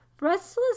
Restless